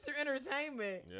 Entertainment